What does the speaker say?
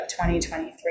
2023